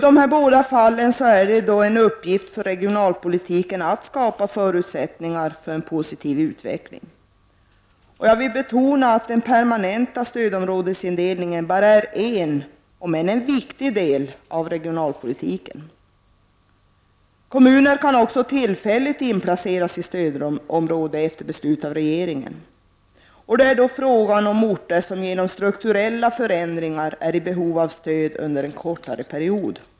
I båda fallen är det en uppgift för regionalpolitiken att skapa förutsättningar för en positiv utveckling. Jag vill betona att den permanenta stödområdesindelningen bara är en, om än en viktig, del av regionalpolitiken. Kommuner kan också tillfälligt inplaceras i stödområde efter beslut av regeringen. Det är då fråga om orter som genom strukturella förändringar är i behov av stöd under en kortare period.